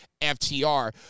FTR